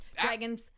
Dragon's